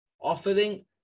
offering